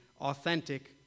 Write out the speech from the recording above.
authentic